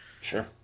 Sure